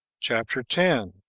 chapter ten.